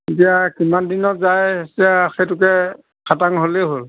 এতিয়া কিমান দিনত যায় এতিয়া সেইটোকে খাটাং হলেই হ'ল